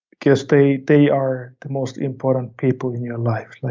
because they they are the most important people in your life. like,